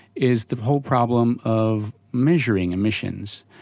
is the whole problem of measuring emissions.